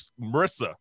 Marissa